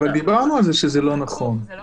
זה הפתיח ואנחנו השארנו את זה, אבל גם